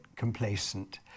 Complacent